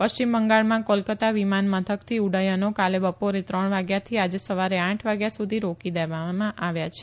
પશ્ચિમ બંગાળમાં કોલકાતા વિમાન મથકથી ઉડ્ડયનો કાલે બપોરે ત્રણ વાગ્યાથી આજે સવારે આઠ વાગ્યા સુધી રોકી દેવામાં આવ્યા છે